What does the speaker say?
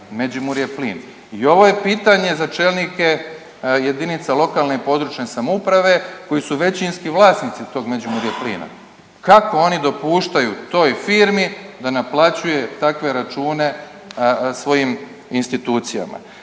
I ovo je pitanje za čelnike jedinica lokalne i područne samouprave koji su većinski vlasnici tog Međimurje plina. Kako oni dopuštaju toj firmi da naplaćuje takve račune svojim institucijama.